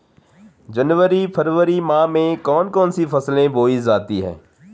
जनवरी फरवरी माह में कौन कौन सी फसलें बोई जाती हैं?